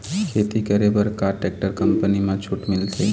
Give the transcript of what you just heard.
खेती करे बर का टेक्टर कंपनी म छूट मिलथे?